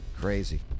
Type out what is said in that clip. crazy